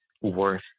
worth